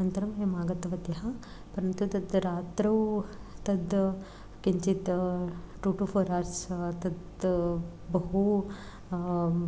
अनन्तरं वयम् आगतवत्यः परन्तु तत् रात्रौ तत् किञ्चित् टु टु फ़ोर् अवर्स् तत् बहु